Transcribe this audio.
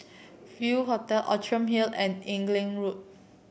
View Hotel Outram Hill and Inglewood